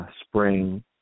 Spring